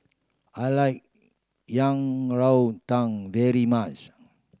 I like Yang Rou Tang very much